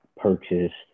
purchased